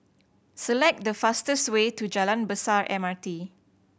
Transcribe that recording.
select the fastest way to Jalan Besar M R T